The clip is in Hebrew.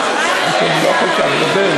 אני לא יכול ככה לדבר,